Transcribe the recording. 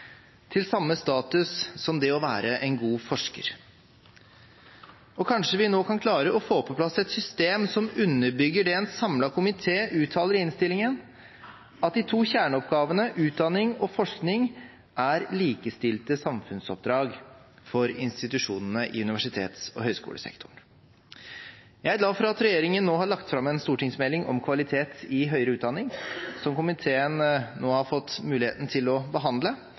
til samme status som det å være en god forsker. Og kanskje vi nå kan klare å få på plass et system som underbygger det en samlet komité uttaler i innstillingen, at de to kjerneoppgavene, utdanning og forskning, er likestilte samfunnsoppdrag for institusjonene i universitets- og høyskolesektoren. Jeg er glad for at regjeringen nå har lagt fram en stortingsmelding om kvalitet i høyere utdanning, som komiteen nå har fått muligheten til å behandle.